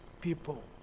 people